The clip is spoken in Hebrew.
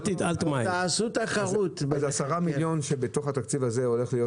אני חושב שצריך לתת הרבה יותר מה-10 מיליון מהתקציב הזה.